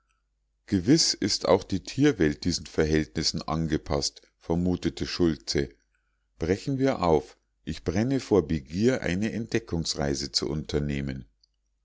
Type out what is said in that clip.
gewiß ist auch die tierwelt diesen verhältnissen angepaßt vermutete schultze brechen wir auf ich brenne vor begier eine entdeckungsreise zu unternehmen